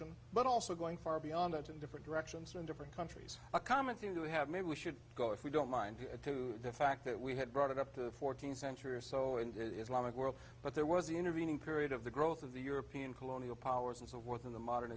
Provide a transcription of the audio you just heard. revolution but also going far beyond it in different directions or in different countries a common theme to have maybe we should go if we don't mind to the fact that we had brought it up to the fourteenth century or so and islamic world but there was the intervening period of the growth of the european colonial powers and so forth in the modern